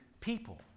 people